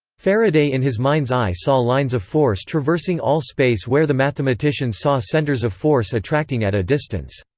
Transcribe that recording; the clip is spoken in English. faraday in his mind's eye saw lines of force traversing all space where the mathematicians saw centres of force attracting at a distance.